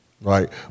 Right